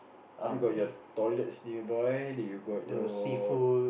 you got your toilets nearby you got your